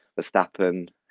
Verstappen